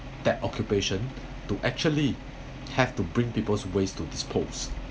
that occupation to actually have to bring people's waste to dispose